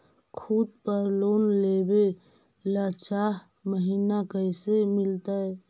खूत पर लोन लेबे ल चाह महिना कैसे मिलतै?